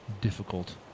difficult